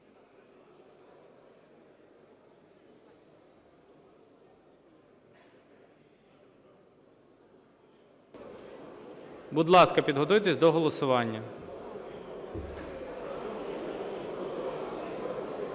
Будь ласка, підготуйтесь до голосування.